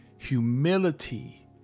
Humility